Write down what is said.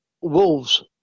Wolves